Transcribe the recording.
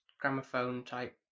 gramophone-type